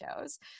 shows